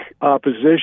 opposition